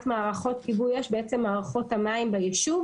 מערכות כיבוי אש ואת מערכות המים בישוב,